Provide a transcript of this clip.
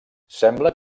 sembla